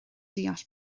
deall